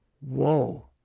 whoa